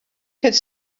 could